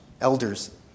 elders